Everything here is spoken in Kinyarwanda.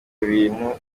ibintu